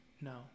No